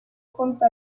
junto